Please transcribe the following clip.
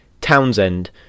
Townsend